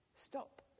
stop